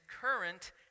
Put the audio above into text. current